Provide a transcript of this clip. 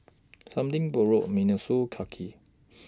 Something Borrowed Miniso